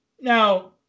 Now